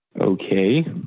Okay